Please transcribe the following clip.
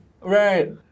Right